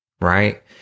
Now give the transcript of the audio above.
right